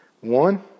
One